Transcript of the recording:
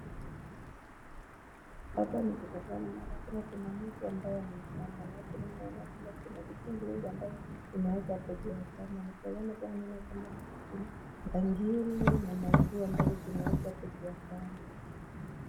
Hapa nikitazama naona kama kuna mtu ambaye amesimama, na hapo nyuma naona kama kuna vitu vingi ambavyo vimeachwa hapo juu ya kamba, na tunaona kama bangili na manguo zimewachwa hapo juu ya kamba.